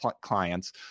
clients